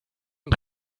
und